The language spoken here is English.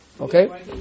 Okay